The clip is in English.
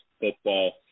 football